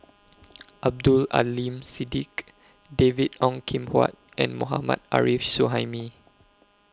Abdul Aleem Siddique David Ong Kim Huat and Mohammad Arif Suhaimi